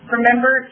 Remember